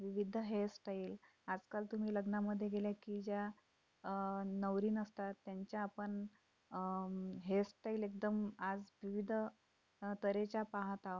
विविध हेअरस्टाईल आजकाल तुम्ही लग्नामध्ये गेल्या की ज्या नवरी नसतात त्यांच्या पण हेअरस्टाईल एकदम आज विविध तऱ्हेच्या पाहात आहो